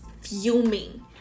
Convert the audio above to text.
fuming